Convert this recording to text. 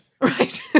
Right